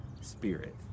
spirit